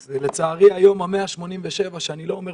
לצערי, היום ה-187 שאני לא אומר